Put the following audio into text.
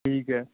ਠੀਕ ਹੈ